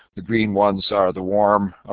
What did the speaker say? the green ones are the warm